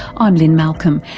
i'm lynne malcolm,